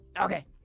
Okay